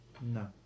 No